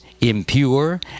impure